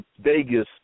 Vegas